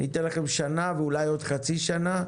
אני אתן לכם שנה ואולי עוד חצי שנה.